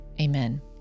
Amen